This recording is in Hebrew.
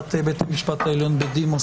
נשיאת בית המשפט העליון בדימוס,